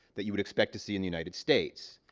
that you would expect to see in the united states.